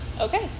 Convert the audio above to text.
Okay